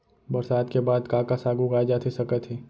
बरसात के बाद का का साग उगाए जाथे सकत हे?